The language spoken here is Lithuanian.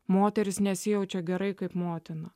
moteris nesijaučia gerai kaip motina